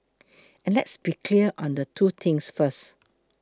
and let's be clear on two things first